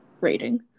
rating